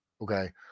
Okay